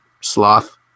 sloth